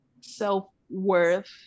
self-worth